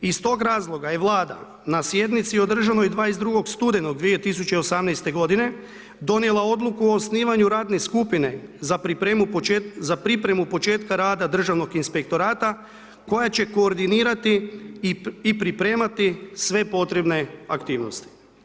Iz tog razloga je Vlada na sjednici održanoj 22. studenog 2018. godine donijela odluku o osnivanju radne skupine za pripremu početka rada Državnog inspektorata koja će koordinirati i pripremati sve potrebne aktivnosti.